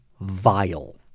vile